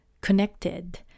connected